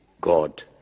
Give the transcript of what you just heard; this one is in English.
God